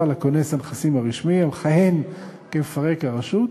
לכונס הנכסים הרשמי המכהן כמפרק הרשות,